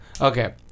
Okay